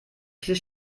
viel